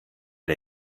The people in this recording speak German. der